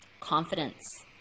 Confidence